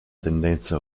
tendenza